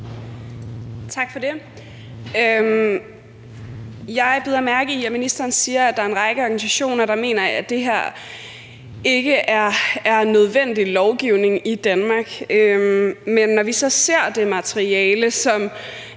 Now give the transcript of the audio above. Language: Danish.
Tak for det. Jeg bider mærke i, at ministeren siger, at der er en række organisationer, der mener, at det her ikke er nødvendig lovgivning i Danmark. Men når vi så ser det materiale, som